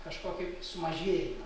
kažkokį sumažėjimą